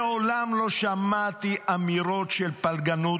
מעולם לא שמעתי אמירות של פלגנות,